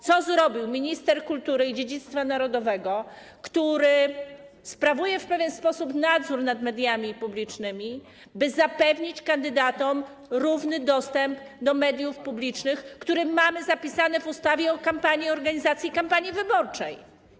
Co zrobił minister kultury i dziedzictwa narodowego, który sprawuje w pewien sposób nadzór nad mediami publicznymi, by zapewnić kandydatom równy dostęp do mediów publicznych, który mamy zapisany w ustawie o organizacji kampanii wyborczej?